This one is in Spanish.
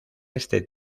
este